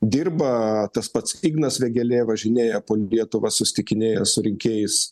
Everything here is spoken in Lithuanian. dirba tas pats ignas vėgėlė važinėja po lietuvą susitikinėja su rinkėjais